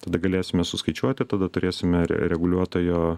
tada galėsime suskaičiuoti tada turėsime reguliuotojo